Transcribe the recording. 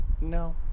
No